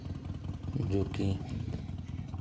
जो कि